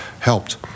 helped